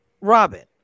Robin